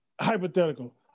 hypothetical